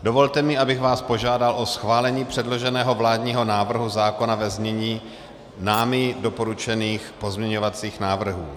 Dovolte mi, abych požádal o schválení předloženého vládního návrhu zákona ve znění námi doporučených pozměňovacích návrhů.